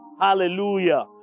Hallelujah